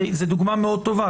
זו דוגמה מאוד טובה,